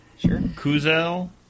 Kuzel